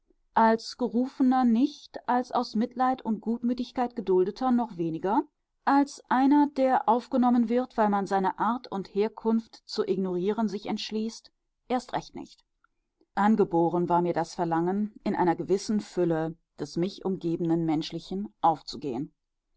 als gerufener nicht als aus mitleid und gutmütigkeit geduldeter noch weniger als einer der aufgenommen wird weil man seine art und herkunft zu ignorieren sich entschließt erst recht nicht angeboren war mir das verlangen in einer gewissen fülle des mich umgebenden menschlichen aufzugehen